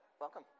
Welcome